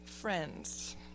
friends